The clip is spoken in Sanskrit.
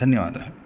धन्यवादः